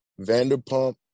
Vanderpump